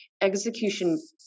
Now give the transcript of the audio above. execution